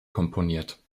komponiert